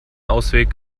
ausweg